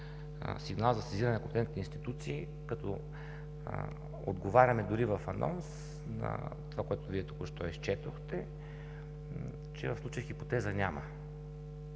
сигнал за сезиране на компетентните институции, като отговаряме дори в анонс на това, което Вие току-що изчетохте, че в случая хипотеза няма.